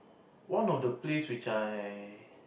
one of the place which I